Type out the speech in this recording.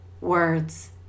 words